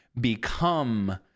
become